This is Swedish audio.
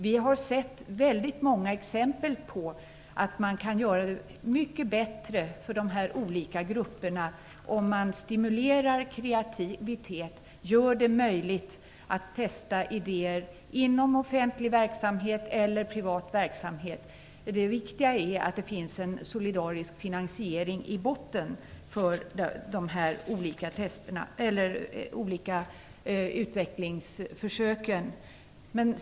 Vi har sett många exempel på att man kan göra det mycket bättre för dessa olika grupper om man stimulerar kreativitet, gör det möjligt att testa idéer inom offentlig eller privat verksamhet. Det viktiga är att det finns en solidarisk finansiering i botten för dessa olika utvecklingsförsök.